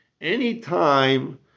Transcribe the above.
Anytime